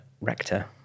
rector